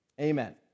amen